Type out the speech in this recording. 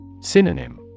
Synonym